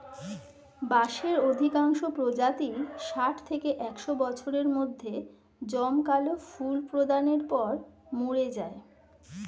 বাঁশের অধিকাংশ প্রজাতিই ষাট থেকে একশ বছরের মধ্যে জমকালো ফুল প্রদানের পর মরে যায়